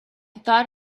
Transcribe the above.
thought